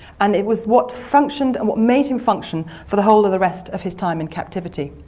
and it was what functioned and what made him function for the whole of the rest of his time in captivity.